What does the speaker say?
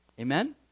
Amen